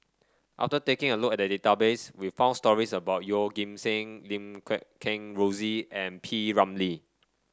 after taking a look at the database we found stories about Yeoh Ghim Seng Lim Guat Kheng Rosie and P Ramlee